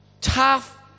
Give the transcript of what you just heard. Tough